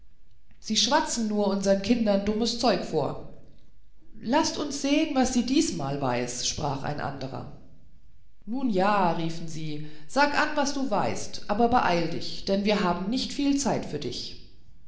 sie schwatzen nur unseren kindern dummes zeug vor laßt uns sehen was sie diesmal weiß sprach ein anderer nun ja riefen sie sag an was du weißt aber beeile dich denn wir haben nicht viele zeit für dich